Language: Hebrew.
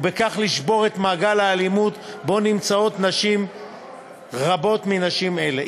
ובכך לשבור את מעגל האלימות שבו נמצאות נשים רבות מנשים אלה.